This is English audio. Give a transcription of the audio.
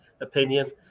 opinion